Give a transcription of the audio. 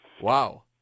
Wow